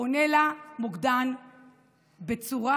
עונה לה מוקדן בצורה